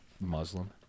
Muslim